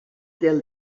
del